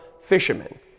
fishermen